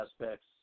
aspects